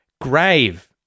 Grave